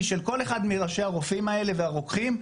של כל אחד מראשי הרופאים האלה והרוקחים,